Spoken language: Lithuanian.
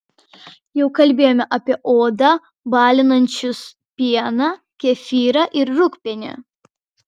jau kalbėjome apie odą balinančius pieną kefyrą ir rūgpienį